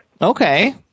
Okay